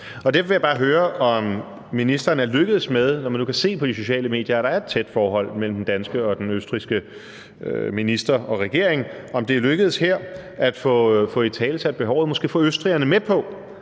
Derfor vil jeg bare høre – når man nu kan se på de sociale medier, at der er et tæt forhold mellem den danske og den østrigske minister og regeringen – om det her er lykkedes ministeren at få italesat behovet og måske få østrigerne med på